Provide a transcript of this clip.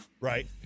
right